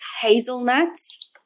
hazelnuts